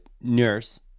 nurse